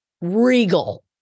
regal